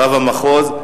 רב המחוז,